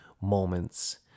moments